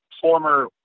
former